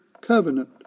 covenant